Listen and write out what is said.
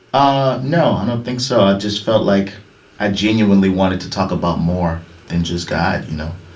ah no, i don't think so. i just felt like i genuinely wanted to talk about more than just god, you know?